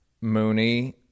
Mooney